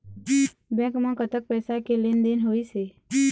Bank म कतक पैसा के लेन देन होइस हे?